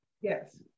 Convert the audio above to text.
Yes